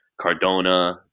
Cardona